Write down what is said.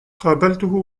قابلته